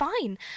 fine